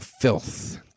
filth